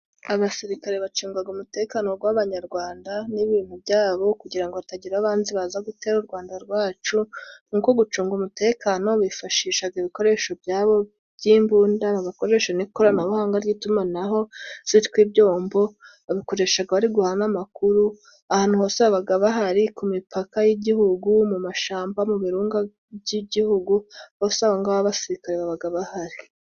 Abasirikare bacunga umutekano w'Abanyarwanda n'ibintu byabo, kugira ngo hatagira abanzi baza gutera u Rwanda rwacu, muri uko gucunga umutekano bifashisha ibikoresho byabo by'imbunda, bakoresha ikoranabuhanga ry'itumanaho byitwa ibyombo, babikoresha bari guhana amakuru, ahantu hose baba bahari, ku mipaka y'Igihugu, mu mashyamba, mu birunga by'Igihugu, hose aho ngaho abasirikare baba bahari.